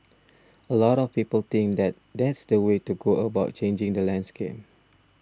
a lot of people think that that's the way to go about changing the landscape